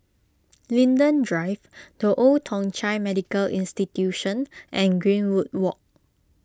Linden Drive the Old Thong Chai Medical Institution and Greenwood Walk